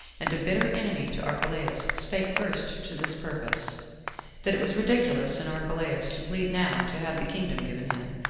and a bitter enemy to archelaus, spake first to this purpose that it was ridiculous in archelaus to plead now to have the kingdom given him,